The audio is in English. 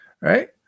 Right